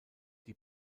die